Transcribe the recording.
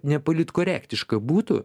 nepolitkorektiška būtų